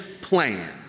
plan